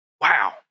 Wow